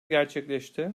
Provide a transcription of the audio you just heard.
gerçekleşti